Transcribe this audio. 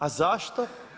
A zašto?